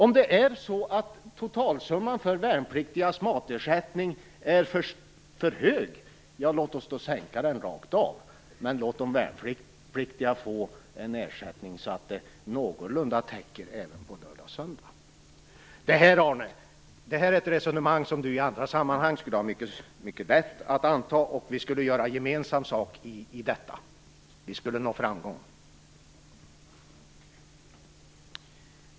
Om det är så att totalsumman för värnpliktigas matersättning är för hög, ja, låt oss då sänka den rakt av, men låt de värnpliktiga få en ersättning som någorlunda täcker även matkostnaden på lördagar och söndagar. Det här är ett resonemang som Arne Andersson i andra sammanhang skulle ha mycket lätt att anta, och vi skulle göra gemensam sak i detta. Vi skulle nå framgång.